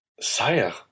sire